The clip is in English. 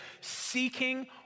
seeking